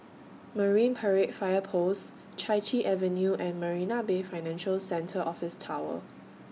Marine Parade Fire Post Chai Chee Avenue and Marina Bay Financial Centre Office Tower